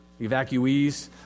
evacuees